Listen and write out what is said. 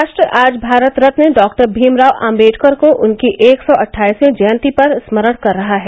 राष्ट्र आज भारत रत्न डॉक्टर भीमराव आम्बेडकर को उनकी एक सौ अटठाईसवीं जयंती पर स्मरण कर रहा है